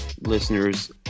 listeners